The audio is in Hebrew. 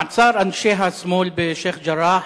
מעצר אנשי השמאל בשיח'-ג'ראח